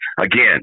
Again